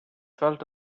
felt